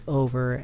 over